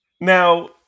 Now